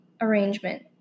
arrangement